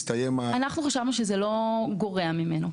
חשבנו שזה לא גורע ממנו.